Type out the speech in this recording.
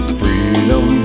freedom